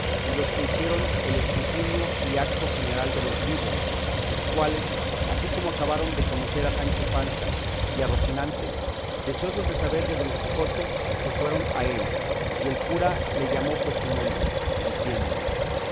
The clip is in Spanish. y los que hicieron el escrutinio y acto general de los libros los cuales así como acabaron de conocer a sancho panza y a rocinante deseosos de saber de don quijote se fueron a él y el cura le llamó por su nombre diciéndole